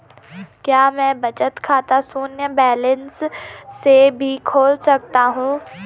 क्या मैं बचत खाता शून्य बैलेंस से भी खोल सकता हूँ?